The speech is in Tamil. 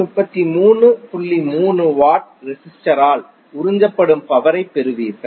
3 வாட் ரெசிஸ்டரால் உறிஞ்சப்படும் பவரைப் பெறுவீர்கள்